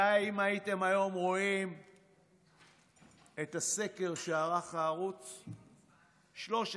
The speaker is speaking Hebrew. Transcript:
די אם הייתם היום רואים את הסקר שערך ערוץ 13,